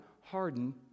harden